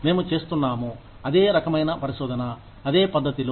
మేము చేస్తున్నాము అదే రకమైన పరిశోధన అదే పద్ధతిలో